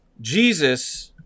Jesus